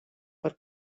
per